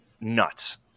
nuts